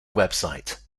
website